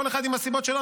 כל אחד עם הסיבות שלו.